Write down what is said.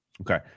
Okay